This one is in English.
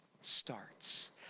starts